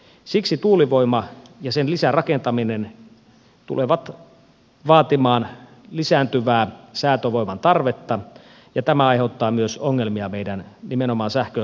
siksi tuulivoima ja sen lisärakentaminen tulevat vaatimaan lisääntyvää säätövoiman tarvetta ja tämä aiheuttaa myös ongelmia nimenomaan meidän sähköverkkoomme ja sähkönkulutukseen